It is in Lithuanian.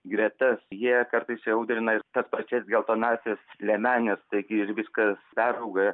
gretas jie kartais įaudrina ir tas pačias geltonąsias liemenes taigi ir viskas perauga